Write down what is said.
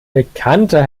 bekannter